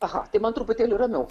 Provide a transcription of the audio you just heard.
aha tai man truputėlį ramiau